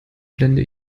blende